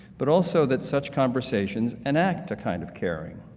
but also that such conversations enact a kind of caring,